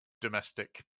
domestic